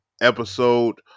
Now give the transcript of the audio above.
episode